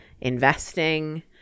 investing